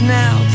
now